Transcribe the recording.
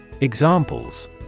Examples